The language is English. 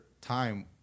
time